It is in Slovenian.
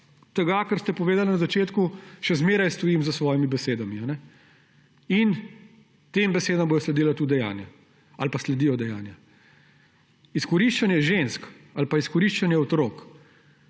tega, kar ste povedali na začetku, še vedno stojim za svojimi besedami. Tem besedam bodo sledila tudi dejanja ali pa sledijo dejanja. Izkoriščanje žensk ali izkoriščanje otrok,